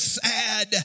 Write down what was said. sad